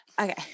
okay